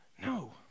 No